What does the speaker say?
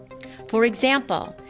for example,